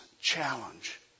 challenge